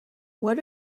what